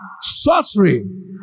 sorcery